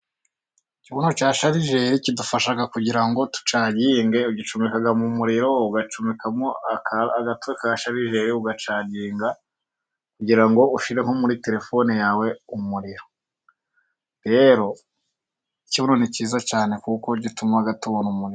Ikibuno cya sharijeri kidufasha kugira ngo ducaginge, ucomeka mu muriro, ugacomekamo agatwe ka sharijeri ugacainga kugira ushyire muri telefone yawe umuriro, ni cyiza cyane kuko gituma tubona umuriro.